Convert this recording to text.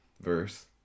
verse